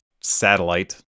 satellite